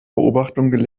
beobachtungen